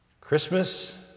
Christmas